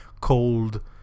cold